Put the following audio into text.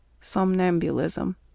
somnambulism